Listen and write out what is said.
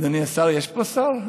אדוני השר, יש פה שר?